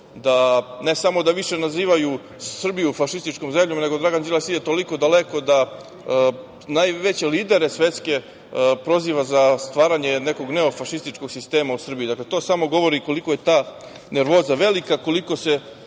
da ne samo da više nazivaju Srbiju fašističkom zemljom, nego Dragan Đilas ide toliko daleko da najveće lidere svetske proziva za stvaranje nekog neofašističkog sistema u Srbiji. Dakle, to samo govori koliko je ta nervoza velika, koliko se